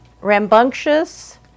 rambunctious